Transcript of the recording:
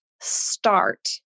start